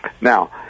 Now